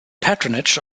patronage